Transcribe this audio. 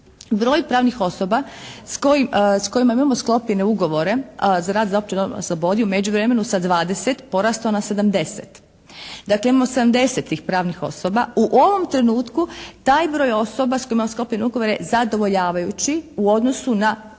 Broj pravnih osoba s kojima imamo sklopljene ugovore za rad za opće dobro na slobodi u međuvremenu sa 20 porastao je na 70. Dakle, imamo 70 tih pravnih osoba. U ovom trenutku taj broj osoba s kojima imamo sklopljene ugovore je zadovoljavajući u odnosu na